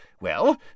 Well